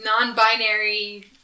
non-binary